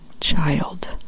child